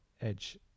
edge